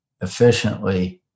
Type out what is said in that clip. efficiently